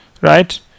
right